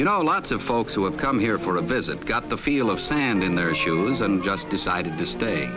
you know lots of folks who have come here for a visit got the feel of sand in their shoes and just